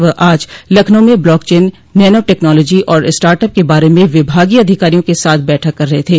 वह आज लखनऊ में ब्लॉकचेन नैनो टक्नोलॉजी और स्टाट अप के बारे में विभागीय अधिकारियों के साथ बैठक कर रहे थे